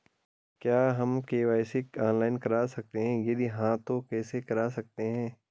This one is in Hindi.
क्या हम के.वाई.सी ऑनलाइन करा सकते हैं यदि हाँ तो कैसे करा सकते हैं?